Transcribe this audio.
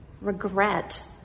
regret